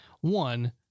One